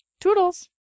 toodles